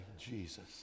Jesus